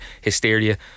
hysteria